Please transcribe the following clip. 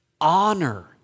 Honor